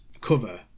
cover